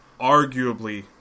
arguably